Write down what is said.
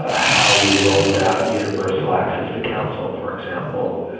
ah how we rolled out universal access to counsel, for example.